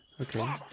Okay